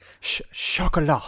Chocolat